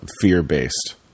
fear-based